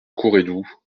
courredou